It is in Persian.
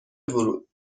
ورود